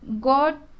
God